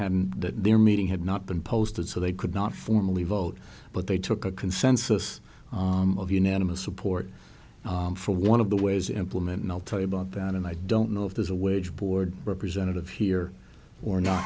that their meeting had not been posted so they could not formally vote but they took a consensus of unanimous support for one of the ways implement and i'll tell you about that and i don't know if there's a wage board representative here or not